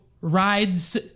rides